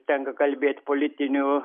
tenka kalbėt politinių